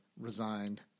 resigned